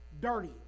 Dirty